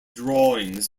drawings